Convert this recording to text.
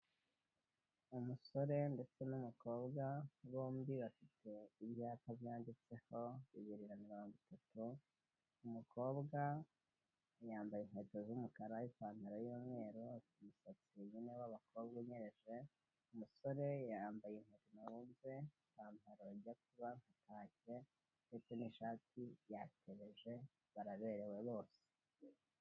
Umusore ndetse n'umukobwa, bombi bafite ibyapa byanditseho bibiri na mirongo itatu, umukobwa yambaye inkweto z'umukara, ipantaro y'umweru, afite umusatsi mwiza w'abakobwa unyereje, umusore yambaye inkweto zifunze, ipantaro ijya kuba kake ndetse n'ishati yatereje baraberewe bose.